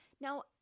Now